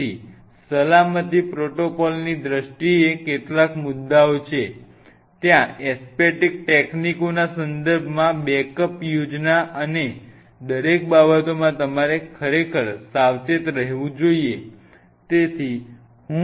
તેથી સલામતી પ્રોટોકોલની દ્રષ્ટિએ કેટલાક મુદ્દાઓ છે તેમાં એસેપ્ટીક ટેકનીકોના સંદર્ભમાં બેકઅપ યોજનાઓ અને દરેક બાબતોમાં તમારે ખરેખર સાવચેત રહેવું જોઈએ